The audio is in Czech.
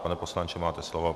Pane poslanče, máte slovo.